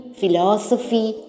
philosophy